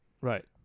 Right